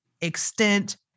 extent